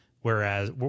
Whereas